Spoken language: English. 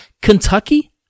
Kentucky